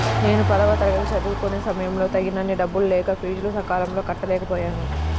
నేను పదవ తరగతి చదువుకునే సమయంలో తగినన్ని డబ్బులు లేక ఫీజులు సకాలంలో కట్టలేకపోయాను